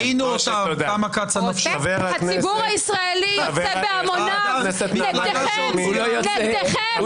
הציבור הישראלי יוצא בהמוניו נגדכם.